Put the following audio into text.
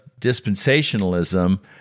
dispensationalism